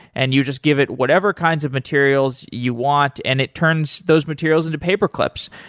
and you just give it whatever kinds of materials you want and it turns those materials into paperclips.